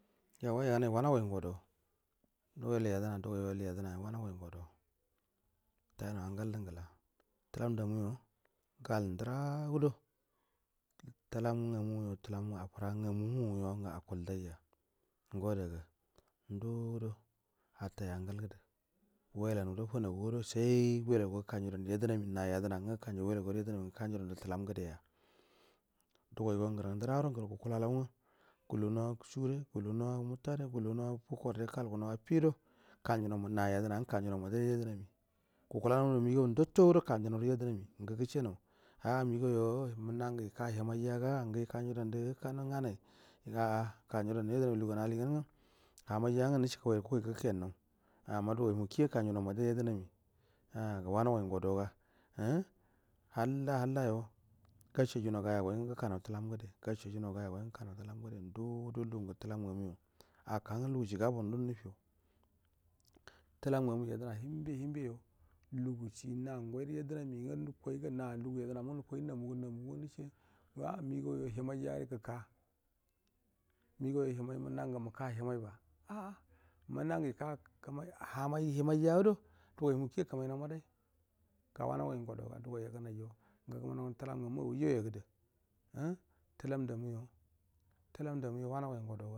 Yauwa yagu nai wana goi ngu wado wela yedna dugoi wela yedna wana goi ngu wado tai nau han gal l ungula tulam da mu yo gal ndu rra gudo talam nga mu ngu wa da ga ndu do attai angwll gadu wulan do funa gu was ai wela guwa gudu wulan do funa gel was ai wela guwa gukanju danduyednami na yedna nnga kanja dandu yednami na yedna nga kan ja wula gu ularu yedna nga kan ja wula gu waru yedna mi ru guka nja dan du talam ngude ya du goi go nguru ndurado nguro gakula lau nga gul unau wasa rai guk unau wa mata do gula nau wa bukor rai kalgu nau afido kanju nau munna na yedna nga kanju nau madni ru yedna mi ga kala gandu mi gau ndasho do kan ja nau ru yedna mi ngu gush inau ha migauye munna ngu ika yoha mai jaga ngu yu kan ja dan du kano uga nai ga kanja naura yednami ru lugu an alli gang u ahamai jan gu nisiga gai rug u koi gu ken nau amma da gei mu kie a ka nja nau madairu yedna mi umh wana goi ng awa do ga umm halla halla yo gasha ju nnau ga ya goi ngu gu ka nau tulana ngude gasha j unau ga ya goi ngu guka nau tulaka ngude ndudo lug an gu tulam nga muyo aka ng ulu gushi ga bon do nufi yo tulam ngamu ngu yedna tumbe himbe yo lugu shi nan goi ru yednam nga nu koi gun a lugu yedna na go nukoi na mu gel namugu nga nucce yo a mi gau yo yaha mai jare guka migau yoya hamami munnan ngu maka yaha mai ba aa munnan ngu ika kamai yahamai yado dugo mu kie akamai nau madai ga wa na goi nga wado ga dugoi ya gu nai jo ngu gumangu nau tulam ngam ma aulu jau yogdu um tulamnda muyo tulam nda muya wana goi ngu wado ga.